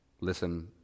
Listen